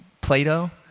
Plato